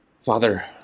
Father